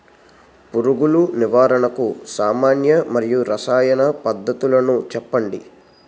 పురుగుల నివారణకు సామాన్య మరియు రసాయన పద్దతులను చెప్పండి?